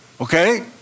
Okay